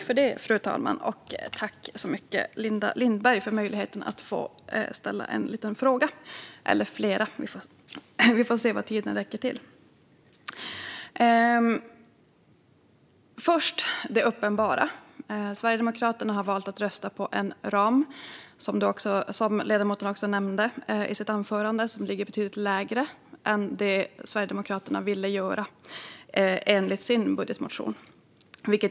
Fru talman! Tack, Linda Lindberg, för möjligheten att få ställa en eller flera frågor - vi får se vad tiden räcker till! Först det uppenbara: Sverigedemokraterna har, som ledamoten nämnde i sitt anförande, valt att rösta på en ram som ligger betydligt lägre än det Sverigedemokraterna ville göra enligt sin budgetmotion.